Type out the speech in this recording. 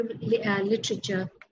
literature